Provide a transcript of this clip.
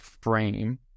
frame